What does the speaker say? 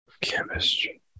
chemistry